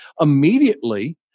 immediately